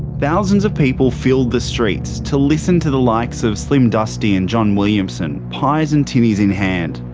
thousands of people filled the streets to listen to the likes of slim dusty and john williamson, pies and tinnies in hand.